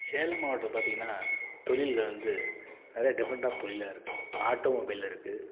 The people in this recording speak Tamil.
சேலம் மாவட்டம் பார்த்திங்கன்னா தொழிலில் வந்து நிறைய டிஃப்ரெண்ட் ஆஃப் தொழிலாம் இருக்குது ஆட்டோ மொபைல் இருக்குது